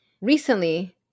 recently